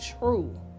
true